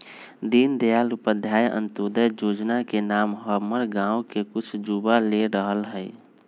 दीनदयाल उपाध्याय अंत्योदय जोजना के नाम हमर गांव के कुछ जुवा ले रहल हइ